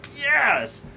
yes